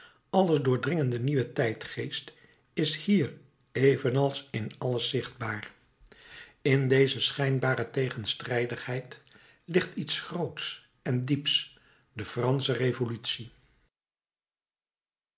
alles doordringende nieuwe tijdgeest is hier evenals in alles zichtbaar in deze schijnbare tegenstrijdigheid ligt iets grootsch en dieps de fransche revolutie